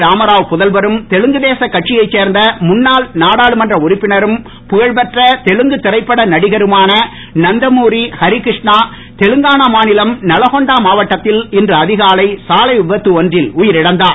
ராமாராவ் புதல்வரும் தெலுங்கு தேச கட்சியைச் சேர்ந்த முன்னாள் நாடாளுமன்ற உறுப்பினரும் புகழ்பெற்ற தெலுங்கு திரைப்பட நடிகருமான நந்தமூரி ஹரிகிருஷ்ணா தெலுங்கானா மாநிலம் நலகொண்டா மாவட்டத்தில் இன்று அதிகாலை சாலை விபத்து ஒன்றில் உயிரிழந்தார்